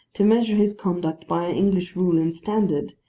to measure his conduct by english rule and standard,